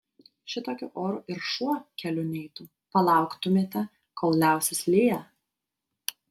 šitokiu oru ir šuo keliu neitų palauktumėte kol liausis liję